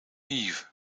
yves